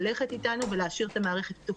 ללכת איתנו ולהשאיר את המערכת פתוחה.